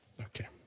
Okay